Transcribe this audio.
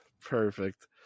Perfect